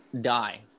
die